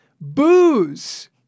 Booze